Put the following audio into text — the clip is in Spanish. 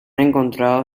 encontrado